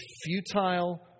futile